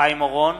חיים אורון,